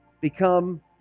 become